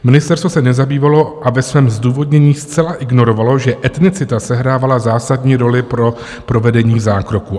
Ministerstvo se nezabývalo a ve svém zdůvodnění zcela ignorovalo, že etnicita sehrávala zásadní roli pro provedení zákroku.